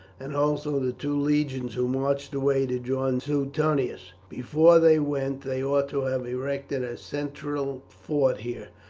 and also the two legions who marched away to join suetonius. before they went they ought to have erected a central fort here,